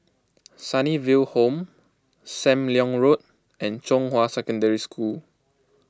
Sunnyville Home Sam Leong Road and Zhonghua Secondary School